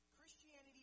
Christianity